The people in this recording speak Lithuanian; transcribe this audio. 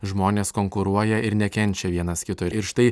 žmonės konkuruoja ir nekenčia vienas kito ir štai